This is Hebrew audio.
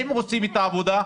הם עושים את העבודה,